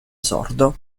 sordo